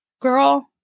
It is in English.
Girl